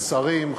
שרים,